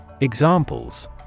Examples